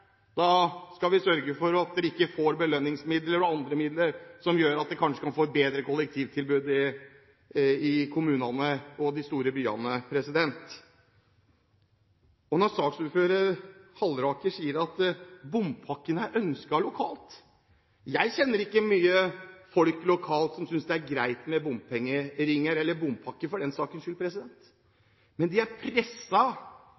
for at dere ikke får belønningsmidler og andre midler, som gjør at dere kanskje kan få et bedre kollektivtilbud i kommunene og i de store byene. Når saksordføreren, Halleraker, sier at bompakken er ønsket lokalt, kjenner ikke jeg mye folk lokalt som synes det er greit med bompengeringer, eller bompakker, for den sakens skyld.